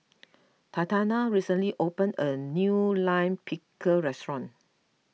Tatiana recently open a new Lime Pickle restaurant